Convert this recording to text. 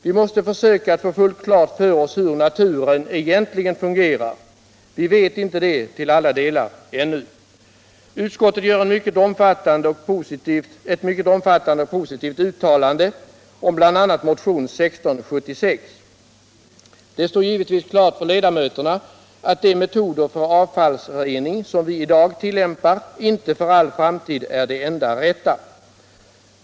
Vi måste försöka att få fullt klart för oss hur naturen egentligen fungerar. Vi vet inte det till alla delar ännu. Utskottet gör ett mycket omfattande och positivt uttalande om bl.a. motionen 1975/76:1676. Det står givetvis klart för ledamöterna att de metoder för avfallsrening som vi i dag tillämpar inte för all framtid är de enda rätta.